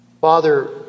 Father